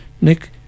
Nick